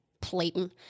Platon